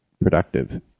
productive